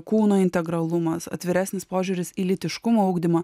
kūno integralumas atviresnis požiūris į lytiškumo ugdymą